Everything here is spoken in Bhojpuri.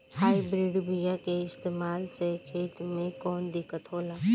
हाइब्रिड बीया के इस्तेमाल से खेत में कौन दिकत होलाऽ?